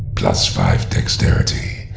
five dexterity.